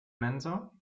mensa